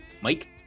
Mike